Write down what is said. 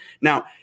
Now